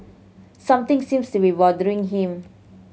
something seems to be bothering him